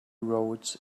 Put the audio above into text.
roads